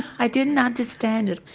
i didn't understand it,